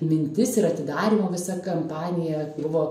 mintis ir atidarymo visa kampanija buvo